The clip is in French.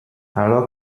alors